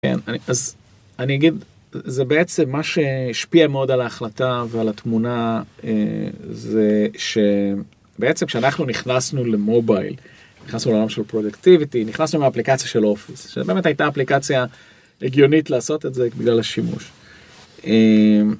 כן אז אני אגיד זה בעצם מה שהשפיע מאוד על ההחלטה ועל התמונה זה שבעצם כשאנחנו נכנסנו למובייל נכנסנו לעולם של productivity נכנסנו מהאפליקציה של אופיס שבאמת הייתה אפליקציה הגיונית לעשות את זה בגלל השימוש.